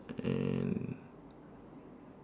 and